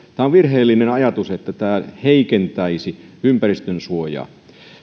tämä on virheellinen ajatus että tämä heikentäisi ympäristönsuojaa